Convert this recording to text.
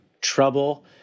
trouble